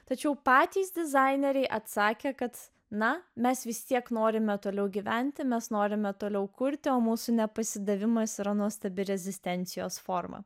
tačiau patys dizaineriai atsakė kad na mes vis tiek norime toliau gyventi mes norime toliau kurti o mūsų ne pasidavimas yra nuostabi rezistencijos forma